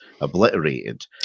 obliterated